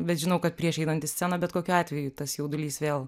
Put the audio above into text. bet žinau kad prieš einant į sceną bet kokiu atveju tas jaudulys vėl